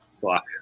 Fuck